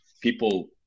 people